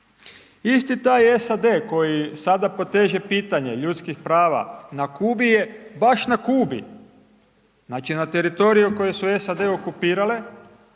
Isti taj SAD koji sada poteže pitanje ljudskih prava na Kubi je, baš na Kubi, znači na teritoriju koji su SAD okupirale